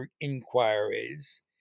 inquiries